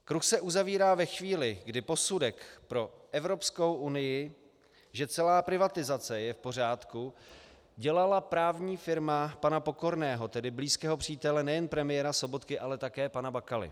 Kruh se uzavírá ve chvíli, kdy posudek pro Evropskou unii, že celá privatizace je v pořádku, dělala právní firma pana Pokorného, tedy blízkého přítele nejen premiéra Sobotky, ale také pana Bakaly.